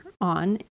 on